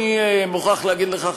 אני מוכרח להגיד לך,